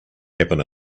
happen